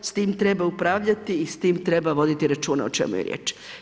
S tim treba upravljati i s tim treba voditi računa o čemu je riječ.